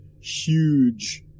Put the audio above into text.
huge